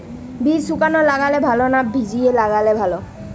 বীজ শুকনো লাগালে ভালো না ভিজিয়ে লাগালে ভালো?